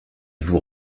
vous